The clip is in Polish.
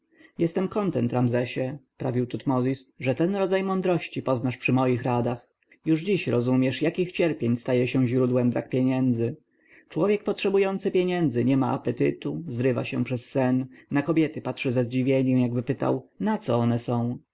jest pożyczać jestem kontent ramzesie prawił tutmozis że ten rodzaj mądrości poznasz przy moich radach już dziś rozumiesz jakich cierpień staje się źródłem brak pieniędzy człowiek potrzebujący pieniędzy nie ma apetytu zrywa się przez sen na kobiety patrzy ze zdziwieniem jakby pytał na co one są